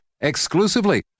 exclusively